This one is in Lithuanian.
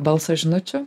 balso žinučių